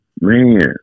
Man